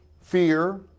fear